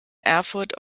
erfurt